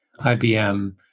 IBM